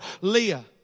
Leah